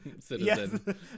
citizen